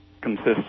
consists